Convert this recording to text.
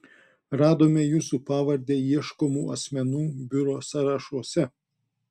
radome jūsų pavardę ieškomų asmenų biuro sąrašuose